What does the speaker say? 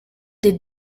des